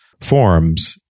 forms